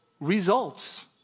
results